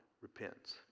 repents